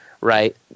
right